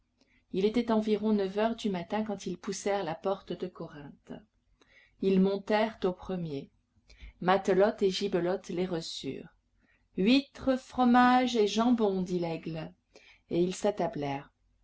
il était environ neuf heures du matin quand ils poussèrent la porte de corinthe ils montèrent au premier matelote et gibelotte les reçurent huîtres fromage et jambon dit laigle et ils